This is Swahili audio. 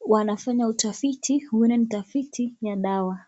wanafanya utafiti huenda ni tafiti ya dawa.